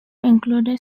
included